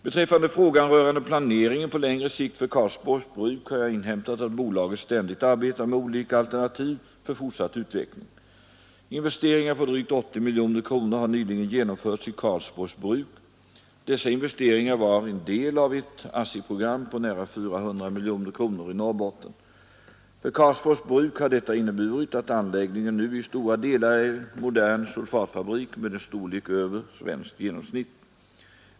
Beträffande frågan rörande planeringen på längre sikt för Karlsborgs bruk har jag inhämtat att bolaget ständigt arbetar med olika alternativ för fortsatt utveckling. Investeringar på drygt 80 miljoner kronor har nyligen genomförts i Karlsborgs bruk. Dessa investeringar var en del av ett ASSI-program på nära 400 miljoner kronor i Norrbotten. För Karlsborgs bruk har detta inneburit att anläggningen nu i stora delar är en modern sulfatfabrik med en storlek över svenskt genomsnitt.